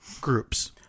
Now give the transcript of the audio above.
groups